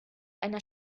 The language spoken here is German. einer